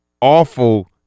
Awful